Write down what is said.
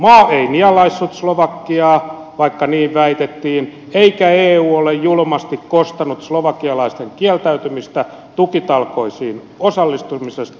maa ei nielaissut slovakiaa vaikka niin väitettiin eikä eu ole julmasti kostanut slovakialaisten kieltäytymistä tukitalkoisiin osallistumisesta